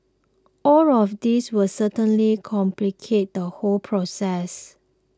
all of these will certainly complicate the whole process